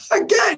again